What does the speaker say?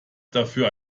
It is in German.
dafür